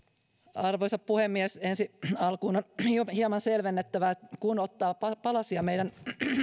arvoisa puhemies ensin alkuun on hieman selvennettävä että kun ottaa palasia meidän